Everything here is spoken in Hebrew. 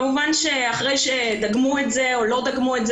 כמובן שאחרי שדגמו את זה או לא דגמו את זה